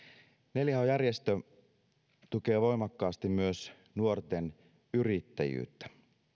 neljä h järjestö tukee voimakkaasti myös nuorten yrittäjyyttä